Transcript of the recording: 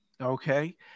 Okay